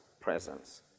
presence